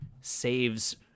saves